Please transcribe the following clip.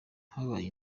habaye